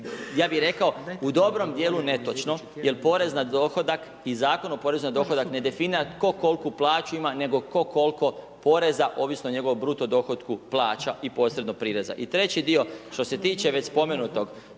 ja bih rekao u dobrom djelu netočno jer porez na dohodak i Zakon o porezu na dohodak ne definira tko koliku plaću ima, nego tko koliko poreza, ovisno o njegovom bruto dohotku plaća i posredno prireza. I treći dio što se tiče već spomenutog,